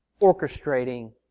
orchestrating